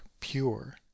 pure